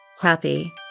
happy